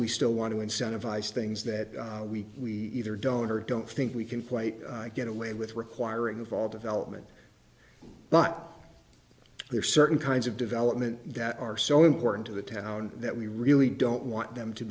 we still want to incentivize things that we either don't or don't think we can play get away with requiring of all development but there are certain kinds of development that are so important to the town that we really don't want them to